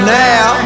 now